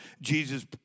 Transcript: Jesus